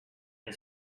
and